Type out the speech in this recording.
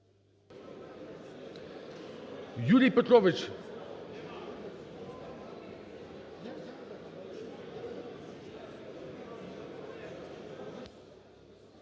Юрій Петрович.